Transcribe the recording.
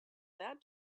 that